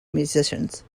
musicians